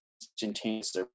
instantaneous